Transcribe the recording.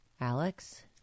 Alex